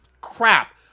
crap